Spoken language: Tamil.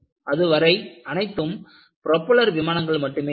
அதுவரை அனைத்தும் புரொப்பல்லர் விமானங்கள் மட்டுமே இருந்தன